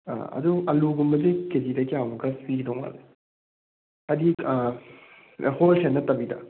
ꯑꯗꯨ ꯑꯜꯂꯨꯒꯨꯝꯕꯗꯤ ꯀꯦꯖꯤꯗ ꯀꯌꯥꯃꯨꯛꯀ ꯄꯤꯗꯧ ꯃꯥꯜꯂꯤ ꯍꯥꯏꯗꯤ ꯍꯣꯜꯁꯦꯜ ꯅꯠꯇꯕꯤꯗ